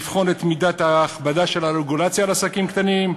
לבחון את מידת ההכבדה של הרגולציה על עסקים קטנים,